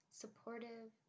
supportive